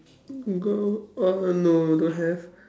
girl oh no don't have